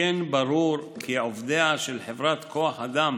שכן ברור שעובדיה של חברת כוח אדם